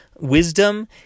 wisdom